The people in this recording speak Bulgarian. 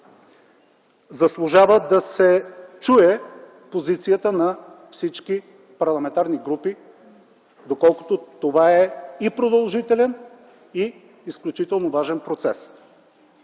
Заслужава да се чуе позицията на всички парламентарни групи, доколкото това е и продължителен, и изключително важен процес.